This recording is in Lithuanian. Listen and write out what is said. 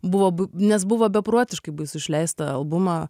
buvo nes buvo beprotiškai baisu išleist tą albumą